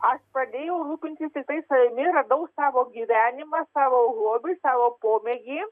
aš pradėjau rūpintis tiktai savimi radau savo gyvenimą savo hobį savo pomėgį